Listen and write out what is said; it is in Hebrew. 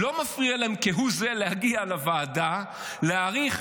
לא מפריע להם כהוא זה להגיע לוועדה ולהאריך